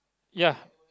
ya